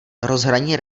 rozhraní